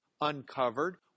uncovered